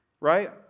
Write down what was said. right